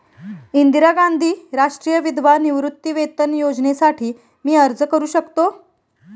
इंदिरा गांधी राष्ट्रीय विधवा निवृत्तीवेतन योजनेसाठी मी अर्ज करू शकतो?